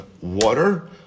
water